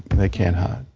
they can't hide.